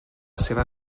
seva